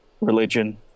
religion